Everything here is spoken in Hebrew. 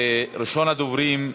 ראשון הדוברים,